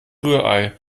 rührei